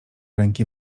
ręki